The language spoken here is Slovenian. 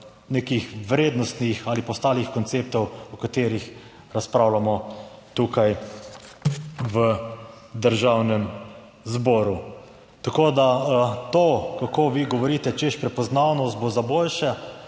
nekih vrednostnih ali pa ostalih konceptov o katerih razpravljamo tukaj v Državnem zboru. Tako da to, kako vi govorite, češ, prepoznavnost bo za boljše.